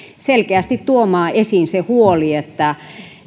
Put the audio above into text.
selkeästi tuomaan esiin se huoli että